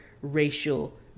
racial